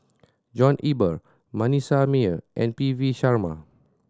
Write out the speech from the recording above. John Eber Manasseh Meyer and P V Sharma